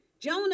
Jonah